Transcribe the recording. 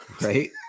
Right